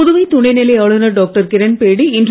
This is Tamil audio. புதுவை துணைநிலை ஆளுநர் டாக்டர் கிரண்பேடி இன்று